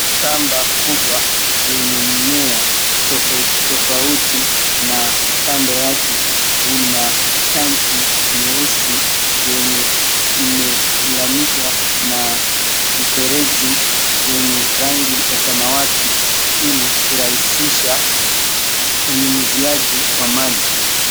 Shamba kubwa yenye mmea tofauti tofauti na kando yake una tangi nyeusi yenye imeunganishwa na mfereji wenye rangi ya samawati ili kurahisisha unyunyiziaji kwa maji.